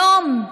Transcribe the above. היום,